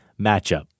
matchup